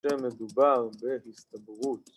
‫שמדובר בהסתברות.